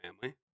family